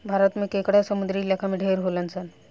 भारत में केकड़ा समुंद्री इलाका में ढेर होलसन